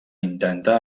intentar